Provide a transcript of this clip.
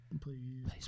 Please